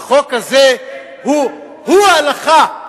הוא ההלכה.